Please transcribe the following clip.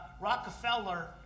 Rockefeller